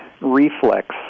reflex